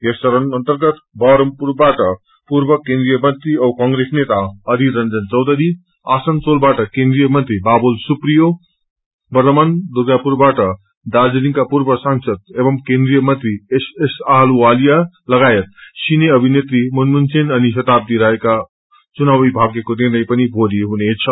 यस चरणमा बहरमपुरबाट पूर्व केन्द्रिय मेत्री औ कंग्रेस नेता अधीर रंजन चौधरी आसनसोलबाट केन्द्रिय मंत्री बाबुल सुप्रियो बर्द्वमान दुर्गापुरबाट दार्जीलिङका पूर्व सांसद एवं केन्द्रिय मंत्री एसएस अहलुवालिया लगायत सिने अभिनेत्री मुनमुन सेन अनि शताब्दी राय चुनावी भाग्यको निर्णय पनि भोलि हुनेछ